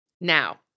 Now